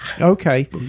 Okay